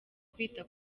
kwita